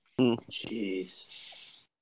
Jeez